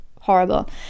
horrible